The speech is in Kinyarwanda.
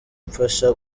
umfasha